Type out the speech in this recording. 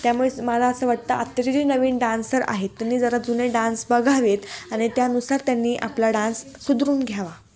त्यामुळेच मला असं वाटतं आत्ताचे जे नवीन डान्सर आहेत त्यांनी जरा जुने डान्स बघावेत आणि त्यानुसार त्यांनी आपला डान्स सुधारून घ्यावा